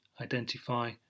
identify